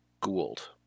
Gould